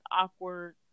awkward